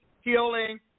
healing